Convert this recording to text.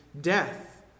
death